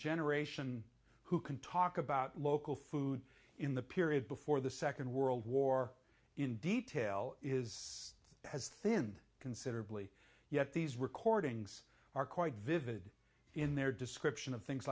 generation who can talk about local food in the period before the second world war in detail is as thin considerably yet these recordings are quite vivid in their description of things